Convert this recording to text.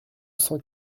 cent